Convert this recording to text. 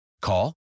Call